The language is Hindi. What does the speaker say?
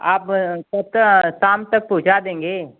आप कब तक शाम तक पहुँचा देंगे